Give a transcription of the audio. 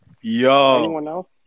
Yo